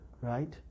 right